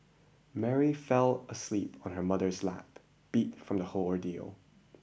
Mary fell asleep on her mother's lap beat from the whole ordeal